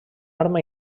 arma